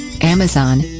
Amazon